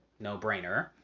no-brainer